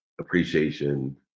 appreciation